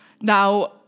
Now